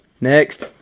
Next